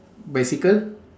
bicycle